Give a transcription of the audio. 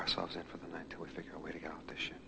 ourselves and for the tour figure a way to go fishing